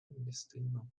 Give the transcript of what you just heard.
бесстыдно